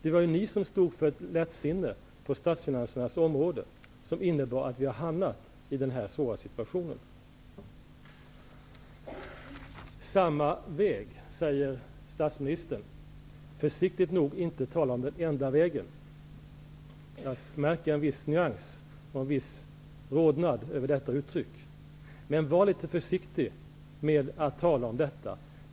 Det var ni som stod för lättsinnet på statsfinansernas område. Det innebar att vi hamnade i denna svåra situation. Statsministern talar om samma väg. Han talar försiktigtvis inte om den enda vägen. Jag märker en viss nyans här och en viss rodnad över detta uttryck. Men var litet försiktig med att tala om detta!